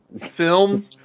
film